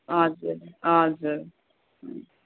हजुर हजुर